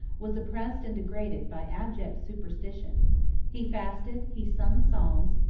was oppressed and degraded by abject superstition he fasted, he sung psalms,